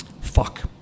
Fuck